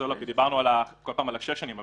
דיברנו כל הזמן על שש שנים,